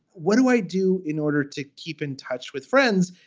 what do i do in order to keep in touch with friends?